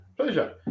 pleasure